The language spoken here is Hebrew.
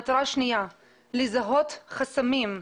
מטרה שנייה: לזהות חסמים.